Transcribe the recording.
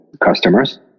customers